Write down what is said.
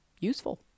useful